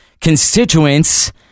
constituents